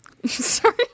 Sorry